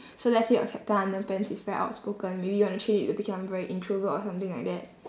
so let's say your captain underpants is very outspoken maybe you wanna change it to become very introvert or something like that